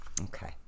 Okay